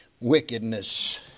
wickedness